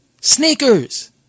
Sneakers